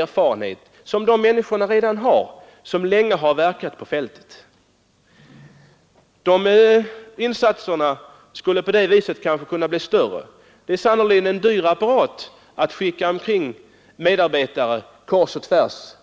erfarenhet som de människor redan har, vilka länge verkat ute på fältet. Dess insatser skulle på det viset kanske kunna bli större. Det är sannerligen en dyr apparat att skicka kring medarbetare kors och tvärs.